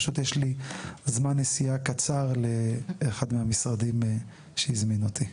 פשוט יש לי זמן נסיעה קצר לאחד מהמשרדים שהזמין אותי.